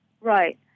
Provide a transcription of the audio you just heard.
Right